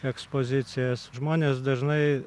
ekspozicijas žmonės dažnai